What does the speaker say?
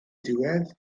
diwedd